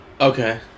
Okay